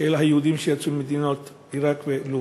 של היהודים שיצאו מהמדינות עיראק ולוב.